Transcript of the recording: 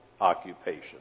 occupation